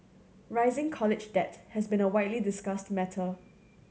rising college debt has been a widely discussed matter